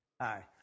Hi